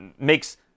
makes